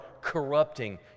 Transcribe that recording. corrupting